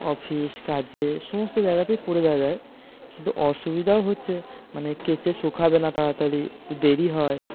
office কাজে সমস্ত জায়গাতে পরে যাওয়া যায় কিন্তু অসুবিধাও হচ্ছে মানে কেচে শুকাবে না তাড়াতাড়ি দেরি হয়